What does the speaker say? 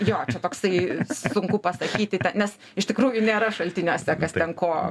jo toksai sunku pasakyti nes iš tikrųjų nėra šaltiniuose kas ten ko